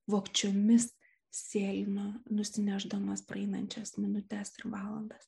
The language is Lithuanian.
vogčiomis sėlina nusinešdamas praeinančias minutes ir valandas